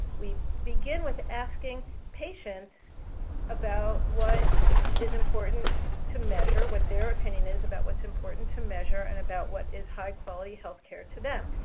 we begin with asking patients about what is important to measure, what their opinion is about what's important to measure and about what is high quality healthcare to them.